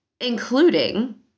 Including